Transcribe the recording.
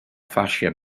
fascia